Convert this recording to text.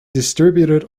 distributed